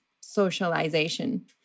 socialization